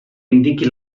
indiqui